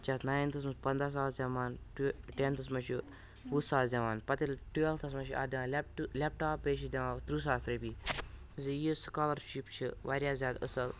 پَتہٕ چھِ اَتھ نایِنتھَس منٛز پَنٛداہ ساس یِوان ٹُو ٹؠنتھَس منٛز چھُ وُہ ساس دِوان پَتہٕ ییٚلِہ ٹُوؠلتھَس منٛز چھِ اَتھ دِوان لؠپٹ لیپٹاپ بیٚیہِ چھِ دِوان ترٕٛہ ساس رۅپیہِ زِِ یہِ سُکالَرشِپ چھِ واریاہ زیادٕ اَصٕل